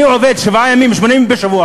אני עובד שמונה ימים בשבוע,